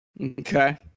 Okay